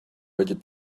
rigid